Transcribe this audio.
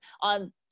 on